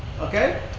Okay